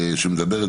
שמדברת